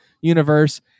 universe